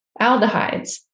aldehydes